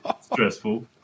stressful